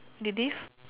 ladies